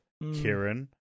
Kieran